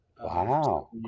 wow